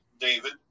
David